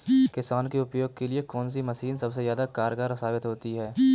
किसान के उपयोग के लिए कौन सी मशीन सबसे ज्यादा कारगर साबित होती है?